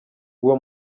uwo